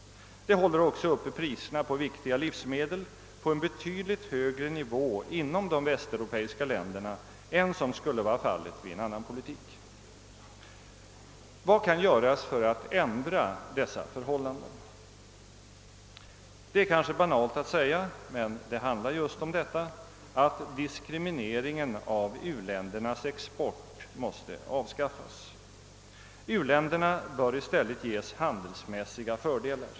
Den håller också uppe priserna på viktiga livsmedel på en betydligt högre nivå inom de västeuropeiska länderna än som skulle varit fallet med en annan politik. Vad kan göras för att ändra på dessa förhållanden? Det är kanske banalt att säga — men det handlar just om detta — att diskrimineringen av u-ländernas export måste avskaffas. U-länderna bör i stället ges handelsmässiga fördelar.